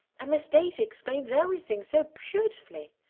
and miss stacy explains everything so beautifully.